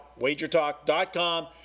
wagertalk.com